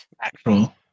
Actual